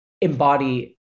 embody